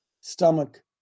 stomach